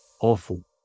awful